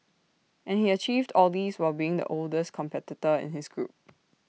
and he achieved all this while being the oldest competitor in his group